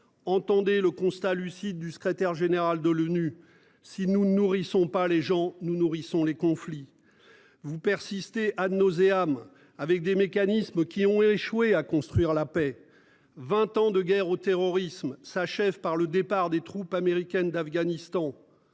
entendez le constat lucide du secrétaire général de l'ONU. Si nous ne nourrissons pas les gens nous nourrissons les conflits. Vous persistez à nauséabond avec des mécanismes qui ont échoué à construire la paix, 20 ans de guerre au terrorisme s'achève par le départ des troupes américaines d'Afghanistan.